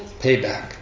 Payback